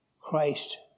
Christ